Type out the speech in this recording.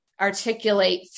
Articulate